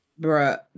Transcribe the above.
Bruh